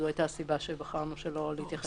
זו הייתה הסיבה שבחרנו לא להתייחס.